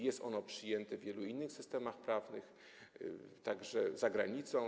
Jest ono przyjęte w wielu innych systemach prawnych, także za granicą.